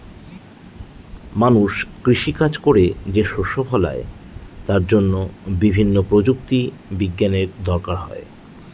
মানুষ কৃষি কাজ করে যে শস্য ফলায় তার জন্য বিভিন্ন প্রযুক্তি বিজ্ঞানের দরকার হয়